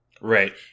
Right